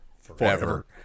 forever